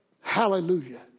Hallelujah